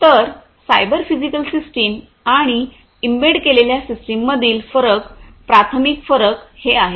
तर cyber physical system आणि embed केलेल्या सिस्टममधील फरक प्राथमिक फरक हे आहेत